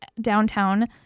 downtown